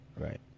Right